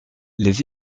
les